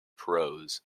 prose